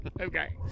Okay